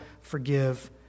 forgive